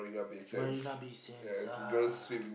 Marina-Bay-Sands ah